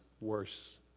worse